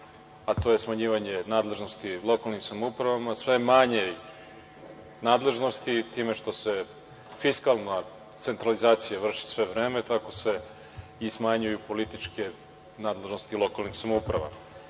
a to je smanjivanje nadležnosti u lokalnim samoupravama, sve manjoj nadležnosti, time što se fiskalna centralizacija vrši sve vreme, tako se i smanjuju političke nadležnosti lokalnih samouprava. Kako